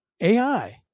AI